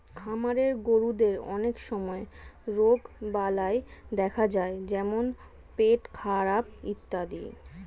খামারের গরুদের অনেক সময় রোগবালাই দেখা যায় যেমন পেটখারাপ ইত্যাদি